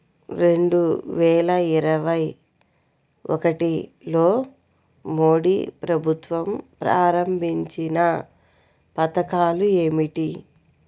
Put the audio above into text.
రెండు వేల ఇరవై ఒకటిలో మోడీ ప్రభుత్వం ప్రారంభించిన పథకాలు ఏమిటీ?